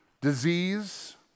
disease